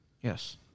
Yes